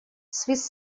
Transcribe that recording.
свист